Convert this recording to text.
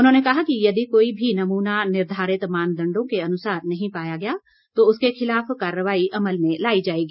उन्होंने कहा कि यदि कोई भी नमूना निर्धारित मानदंडों के अनुसार नहीं पाया गया तो उसके खिलाफ कार्रवाई अमल में लाई जाएगी